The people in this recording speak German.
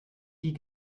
die